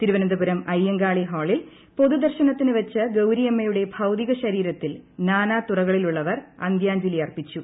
തിരുവനന്തപുരം അയ്യങ്കാളി ഹാളിൽ പൊതുദർശനത്തിന് വെച്ച ഗൌരിയമ്മയുടെ ഭൌതികശരീരത്തിൽ നാനാതുറകളിലുളളവർ അന്ത്യാഞ്ജലി അർപ്പിച്ചു